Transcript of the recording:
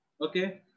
Okay